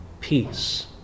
peace